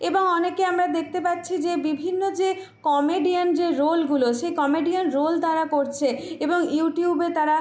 এবং অনেকে আমরা দেখতে পাচ্ছি যে বিভিন্ন যে কমেডিয়ান যে রোলগুলো সেই কমেডিয়ান রোল তারা করছে এবং ইউটিউবে তারা